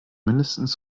mindestens